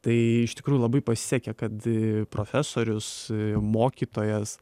tai iš tikrųjų labai pasisekė kad profesorius mokytojas